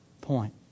point